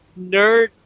Nerd